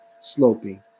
sloping